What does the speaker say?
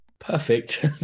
perfect